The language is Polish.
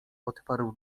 otwarł